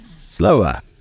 Slower